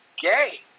gay